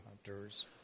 hunters